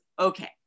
okay